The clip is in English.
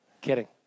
Kidding